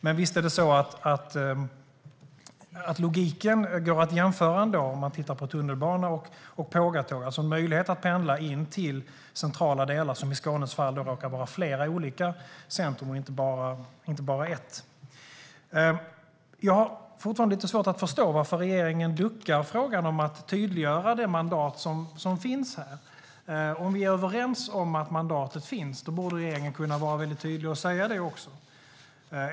Men visst går det att jämföra tunnelbanan och pågatågen, alltså möjligheten att pendla in till centrala delar, och i Skånes fall råkar det vara flera olika centrum och inte bara ett. Jag har fortfarande lite svårt att förstå varför regeringen duckar i frågan om att tydliggöra det mandat som finns här. Om vi är överens om att mandatet finns borde regeringen kunna vara tydlig och säga det också.